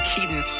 Keaton